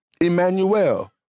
Emmanuel